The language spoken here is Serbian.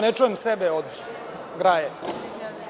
Ne čujem sebe od galame.